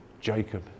Jacob